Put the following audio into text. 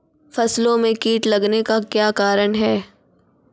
फसलो मे कीट लगने का क्या कारण है?